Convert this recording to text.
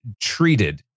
treated